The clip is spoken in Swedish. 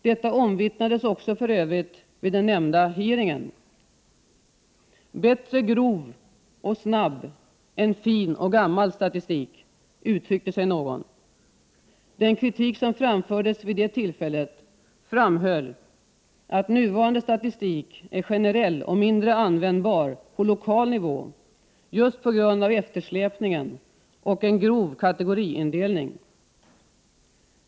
Detta omvittnades också för övrigt vid den nämnda hearingen. Bättre grov och snabb än fin och gammal statistik, uttryckte sig någon. Den kritik som framfördes vid det tillfället framhöll, att nuvarande statistik är generell och mindre användbar på lokal nivå just på grund av eftersläpningen och en grov kategoriindelning.